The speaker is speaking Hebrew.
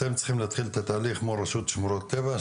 אתם צריכים להתחיל את התהליך מול רשות שמורת הטבע,